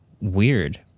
weird